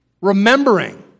remembering